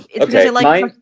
Okay